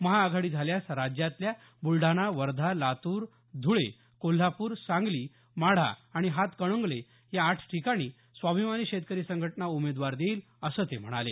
महाआघाडी झाल्यास राज्यातल्या बुलडाणा वर्धा लातूर धुळे कोल्हापूर सांगली माढा आणि हातकणंगले या आठ ठिकाणी स्वाभिमानी शेतकरी संघटना उमेदवार देईल असं ते म्हणाले